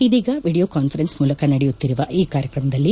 ಇದೀಗ video conference ಮೂಲಕ ನಡೆಯುತ್ತಿರುವ ಈ ಕಾರ್ಯಕ್ರಮದಲ್ಲಿ